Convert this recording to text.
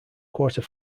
quarter